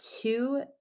two